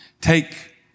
Take